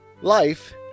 life